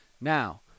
Now